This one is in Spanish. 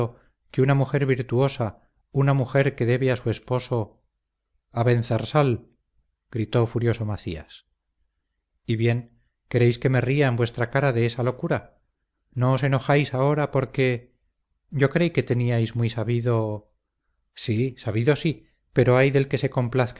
que una mujer virtuosa una mujer que debe a su esposo abenzarsal gritó furioso macías y bien queréis que me ría en vuestra cara de esa locura no os enojáis ahora porque yo creí que teníais muy sabido sí sabido sí pero ay del que se complazca